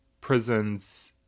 prisons